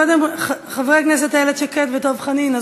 קודם חברי הכנסת איילת שקד ודב חנין.